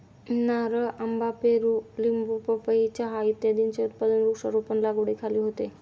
नारळ, आंबा, पेरू, लिंबू, पपई, चहा इत्यादींचे उत्पादन वृक्षारोपण लागवडीखाली होते